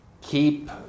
keep